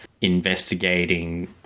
investigating